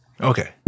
Okay